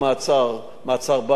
מעצר-בית או כל דבר אחר,